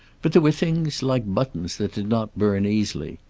but there were things, like buttons, that did not burn easily.